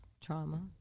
trauma